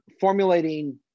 formulating